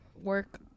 work